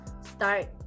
start